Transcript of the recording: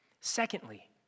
Secondly